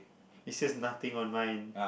it says nothing on mine